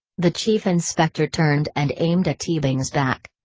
the chief inspector turned and aimed at teabing's back.